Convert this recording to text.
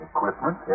Equipment